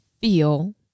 feel